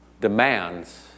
demands